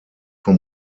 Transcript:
vom